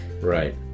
Right